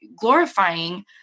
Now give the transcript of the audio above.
glorifying